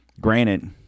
granted